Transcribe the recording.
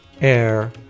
air